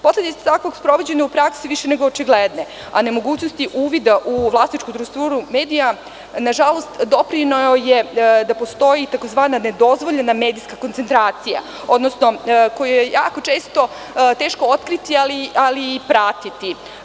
Posledica takvog sprovođenja u praksi više je nego očigledna, a nemogućnost uvida u vlasničku strukturu medija nažalost doprineo je da postoji tzv. medijska koncentracija, odnosno koju je jako često teško otkriti, ali i pratiti.